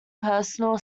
personal